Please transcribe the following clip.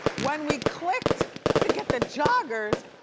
when we clicked to get the joggers,